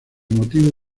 motivo